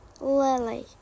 Lily